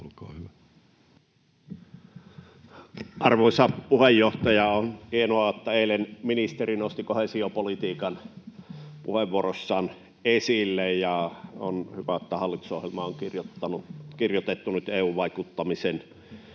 olkaa hyvä Arvoisa puheenjohtaja! On hienoa, että eilen ministeri nosti koheesiopolitiikan puheenvuorossaan esille. On hyvä, että hallitusohjelmaan on nyt kirjoitettu EU-vaikuttamisen